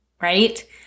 right